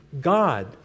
God